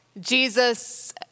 Jesus